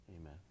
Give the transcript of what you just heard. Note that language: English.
Amen